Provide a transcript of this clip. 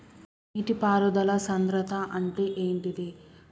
నీటి పారుదల సంద్రతా అంటే ఏంటిది?